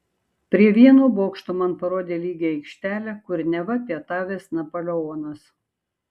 prie vieno bokšto man parodė lygią aikštelę kur neva pietavęs napoleonas